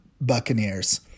Buccaneers